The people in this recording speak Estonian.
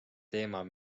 teemal